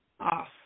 off